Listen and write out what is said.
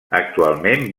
actualment